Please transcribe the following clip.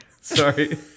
Sorry